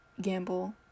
gamble